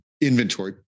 inventory